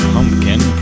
Pumpkin